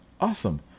Awesome